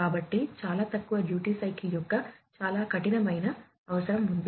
కాబట్టి చాలా తక్కువ డ్యూటీ సైకిల్ యొక్క అవసరం కఠినంగా ఉంది